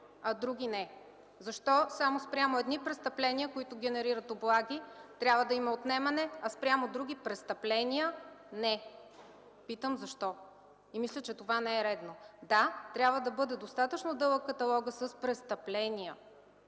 а други – не; защо само спрямо едни престъпления, които генерират облаги, трябва да има отнемане, а спрямо други престъпления – не. Питам: защо? Мисля, че това не е редно. Да, трябва да бъде достатъчно дълъг каталога с престъпления